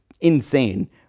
insane